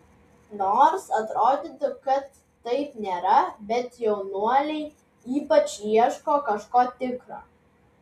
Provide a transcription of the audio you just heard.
nors atrodytų kad taip nėra bet jaunuoliai ypač ieško kažko tikro